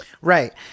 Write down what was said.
Right